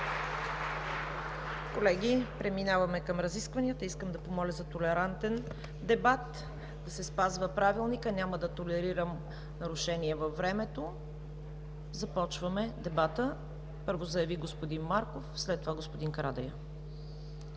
Колеги, преминаваме към разискванията. Искам да помоля за толерантен дебат, да се спазва Правилникът – няма да толерирам нарушения във времето. Започваме дебата. Първо заяви господин Марков. Моля да дадете